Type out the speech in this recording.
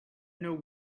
know